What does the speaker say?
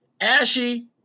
ashy